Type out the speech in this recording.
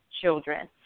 children